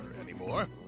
anymore